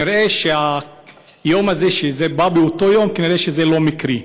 נראה שהיום הזה, שבא באותו יום, כנראה זה לא מקרי.